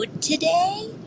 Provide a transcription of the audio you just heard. today